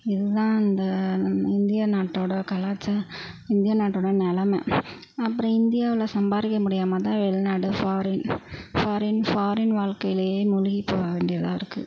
இது தான் இந்த நம் இந்திய நாட்டோட கலாச்சார இந்திய நாட்டோட நிலைம அப்புறம் இந்தியாவில் சம்பாதிக்க முடியாமல் தான் வெளிநாடு ஃபாரின் ஃபாரின் ஃபாரின் வாழ்க்கையிலயே முழுகி போக வேண்டியதாக இருக்குது